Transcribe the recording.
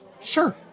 sure